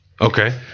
Okay